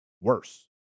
worse